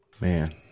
Man